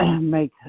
make